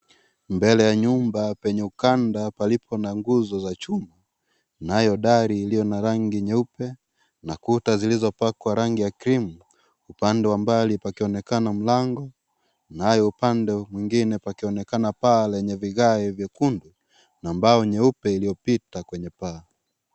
Mbele ya nyumba penye ukanda palipo na nguzo za chuma nayo dari iliyo na rangi nyeupe na kuta zilizopakwa rangi ya creeam . Upande wa mbali pakionekana mlango nayo upande mwingine pakionekana paa lenye vigae vyekundu na mbao nyeupe iliyopita kwenye paa.